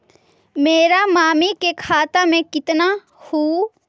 मेरा मामी के खाता में कितना हूउ?